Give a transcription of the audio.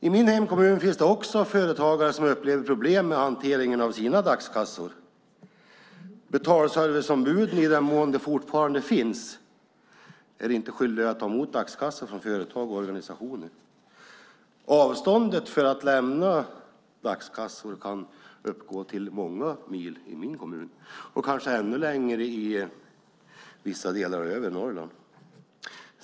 I min hemkommun finns det också företagare som upplever problem med hanteringen av sina dagskassor. Betalserviceombud, i den mån de fortfarande finns, är inte skyldiga att ta emot dagskassor från företag och organisationer. Avståndet för att lämna dagskassor kan uppgå till många mil i min kommun, och kanske ännu längre i vissa delar av övre Norrland.